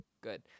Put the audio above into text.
good